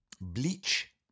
bleach